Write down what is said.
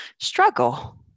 struggle